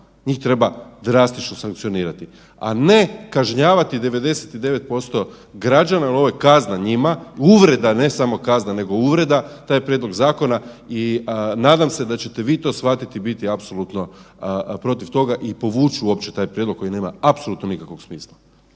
njih treba drastično sankcionirati, a ne kažnjavati 99% građana, jer ovo je kazna njima, uvreda ne samo kazna, nego uvreda taj prijedlog zakona i nadam se da ćete vi to shvatiti i biti apsolutno protiv toga i povući uopće taj prijedlog koji nema apsolutno nikakvog smisla.